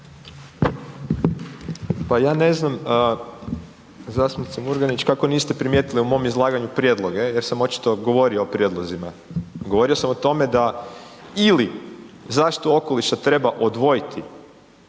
Pa ja ne znam zastupnice Murganić kako niste primijetili u mom izlaganju prijedloge jer sam očito govorio o prijedlozima. Govorio sam o tome da ili zaštitu okoliša treba odvojiti